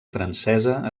francesa